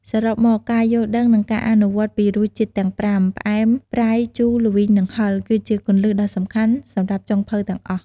សរុបមក ការយល់ដឹង និងការអនុវត្តពីរសជាតិទាំងប្រាំ ផ្អែម ប្រៃ ជូរ ល្វីង និងហឹរ គឺជាគន្លឹះដ៏សំខាន់សម្រាប់ចុងភៅទាំងអស់។